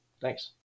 Thanks